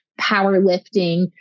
powerlifting